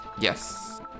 Yes